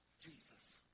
Jesus